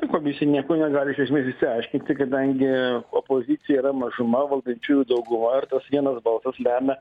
komisija nieko negali iš esmės išsiaiškinti kadangi opozicija yra mažuma valdančiųjų dauguma ir tas vienas balsas lemia